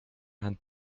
hand